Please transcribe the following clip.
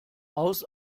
aus